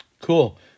Cool